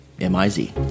M-I-Z